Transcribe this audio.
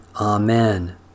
Amen